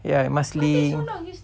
ya it must link